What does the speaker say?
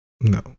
no